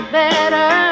better